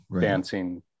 dancing